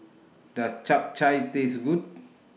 Does Chap Chai Taste Good